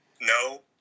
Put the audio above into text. No